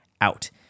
out